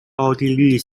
奥地利